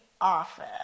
office